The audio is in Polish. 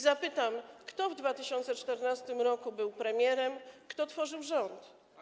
Zapytam: Kto w 2014 r. był premierem, kto tworzył rząd?